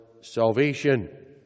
salvation